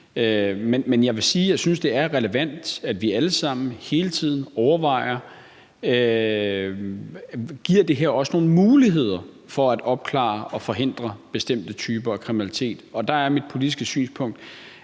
Men jeg vil sige, at jeg synes, at det er relevant, at vi alle sammen hele tiden overvejer, om det her også giver nogle muligheder for at opklare og forhindre bestemte typer af kriminalitet, og der er mit politiske synspunkt,